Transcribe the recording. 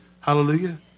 Hallelujah